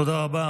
תודה רבה.